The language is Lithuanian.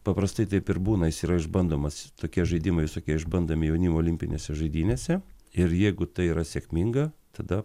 paprastai taip ir būna jis yra išbandomas tokie žaidimai visokie išbandomi jaunimo olimpinėse žaidynėse ir jeigu tai yra sėkminga tada